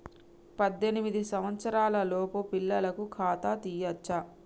పద్దెనిమిది సంవత్సరాలలోపు పిల్లలకు ఖాతా తీయచ్చా?